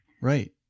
Right